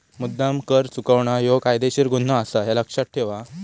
मुद्द्दाम कर चुकवणा ह्यो कायदेशीर गुन्हो आसा, ह्या लक्ष्यात ठेव हां